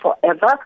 forever